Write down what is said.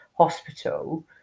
hospital